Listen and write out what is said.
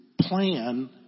plan